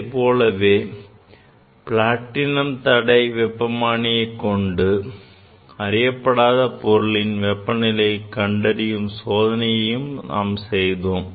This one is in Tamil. இதுபோலவே பிளாட்டினம் தடை வெப்பமானியை கொண்டு அறியப்படாத பொருளின் வெப்பநிலையை கண்டறியும் சோதனையை செய்தோம்